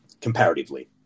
comparatively